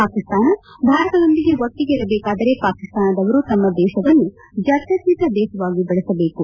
ಪಾಕಿಸ್ತಾನ ಭಾರತದೊಂದಿಗೆ ಒಟ್ಟಗೆ ಇರಬೇಕಾದರೆ ಪಾಕಿಸ್ತಾನದವರು ತಮ್ಮ ದೇಶವನ್ನು ಜಾತ್ಹತೀತ ದೇಶವಾಗಿ ಬೆಳಸಬೇಕು